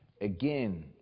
Again